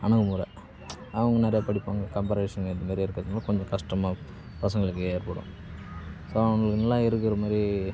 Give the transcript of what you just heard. அணுகுமுறை அவங்க நிறைய படிப்பாங்க கம்பேரீஷன் இதுமாரி இருக்கிறதும் கொஞ்சம் கஷ்டமாக பசங்களுக்கு ஏற்படும் ஸோ அவங்க இவங்க எல்லாம் இருக்கிற மாரி